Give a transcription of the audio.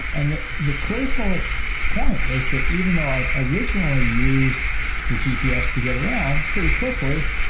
and the the critical point is that even though i originally use the gps to get around pretty quickly,